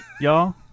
y'all